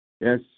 Yes